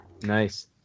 Nice